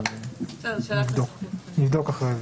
נבדוק אחר כך.